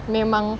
memang